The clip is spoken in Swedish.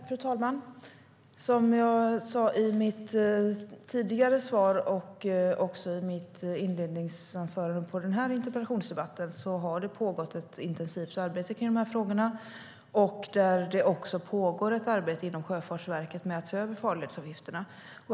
Fru talman! Som jag sagt i både mitt tidigare interpellationssvar och mitt inledningsanförande i den här interpellationsdebatten har det pågått ett intensivt arbete kring de här frågorna. Det pågår också ett arbete inom Sjöfartsverket med att se över farledsavgifterna.